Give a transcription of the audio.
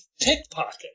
pickpocket